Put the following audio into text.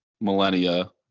millennia